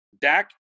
Dak